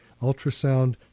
ultrasound